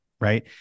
Right